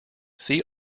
see